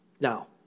Now